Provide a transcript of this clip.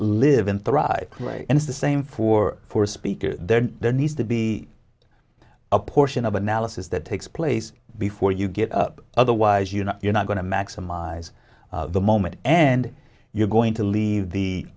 live and thrive and it's the same for four speakers then there needs to be a portion of analysis that takes place before you get up otherwise you know you're not going to maximize the moment and you're going to leave the